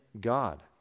God